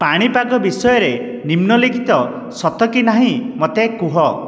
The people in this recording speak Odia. ପାଣିପାଗ ବିଷୟରେ ନିମ୍ନଲିଖିତ ସତ କି ନାହିଁ ମୋତେ କୁହ